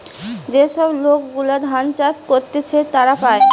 যে সব লোক গুলা ধান চাষ করতিছে তারা পায়